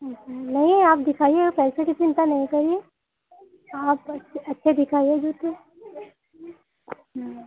नहीं आप दिखाइए पैसे की चिन्ता नहीं करिए आप बस अच्छे दिखाइए जूते हाँ